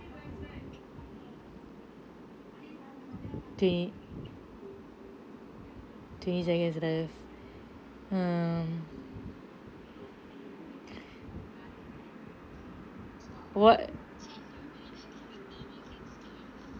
twenty twenty seconds left um what